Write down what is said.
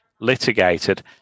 litigated